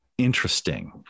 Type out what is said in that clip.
interesting